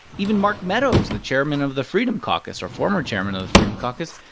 even mark meadows, the chairman of the freedom caucus or former chairman of the freedom caucus,